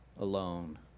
alone